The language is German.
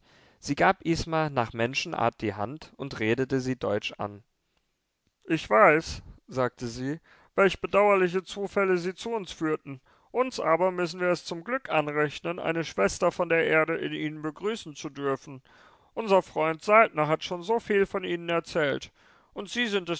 sie gab isma nach menschenart die hand und redete sie deutsch an ich weiß sagte sie welch bedauerliche zufälle sie zu uns führten uns aber müssen wir es zum glück anrechnen eine schwester von der erde in ihnen begrüßen zu dürfen unser freund saltner hat schon viel von ihnen erzählt und sie sind